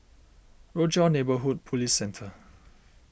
Rochor Neighborhood Police Centre